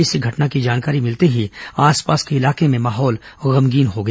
इस घटना की जानकारी मिलते ही आसपास के इलाके में माहौल गमगीन हो गया